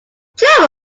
cheer